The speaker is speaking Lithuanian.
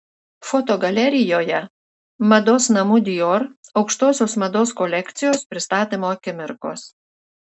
fotogalerijoje mados namų dior aukštosios mados kolekcijos pristatymo akimirkos